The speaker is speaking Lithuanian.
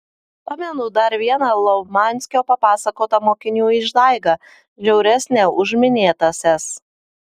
pamenu dar vieną lovmianskio papasakotą mokinių išdaigą žiauresnę už minėtąsias